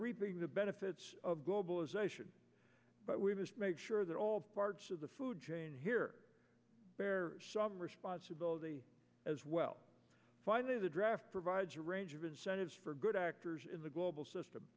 reaping the benefits of globalization but we must make sure that all parts of the food chain here bear some responsibility as well finally the draft provides a range of incentives for good actors in the global system